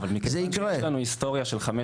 אבל מכיוון שיש לנו היסטוריה של חמש